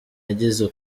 yigeze